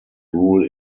rule